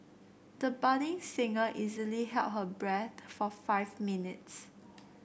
the budding singer easily held her breath for five minutes